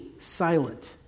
silent